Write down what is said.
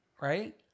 right